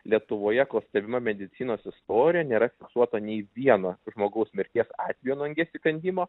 lietuvoje stebima medicinos istorija nėra fiksuota nei vieno žmogaus mirties atvejo nuo angies įkandimo